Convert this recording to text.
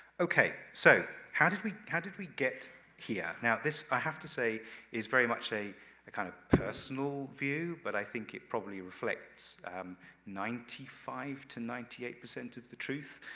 okay. so, how did we how did we get here? now this, i have to say is very much a ah kind of personal view, but i think it probably reflects ninety five to ninety eight percents of the truth,